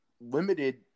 limited